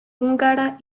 húngara